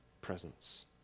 presence